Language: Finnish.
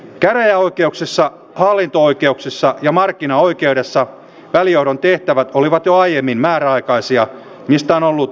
käräjäoikeuksissa hallinto oikeuksissa ja markkinaoikeudessa välijohdon tehtävät olivat jo aiemmin määräaikaisia mistä on ollut hyviä kokemuksia